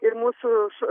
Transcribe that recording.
ir mūsų